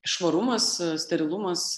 švarumas sterilumas